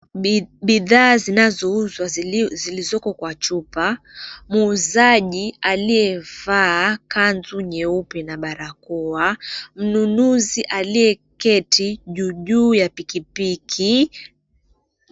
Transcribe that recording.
Bidhaa zinazouzwa, zilizoko kwa chupa, muuzaji aliyevaa kanzu nyeupe na barakoa, mnunuzi aliyeketi juu juu ya piki piki.